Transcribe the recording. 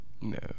No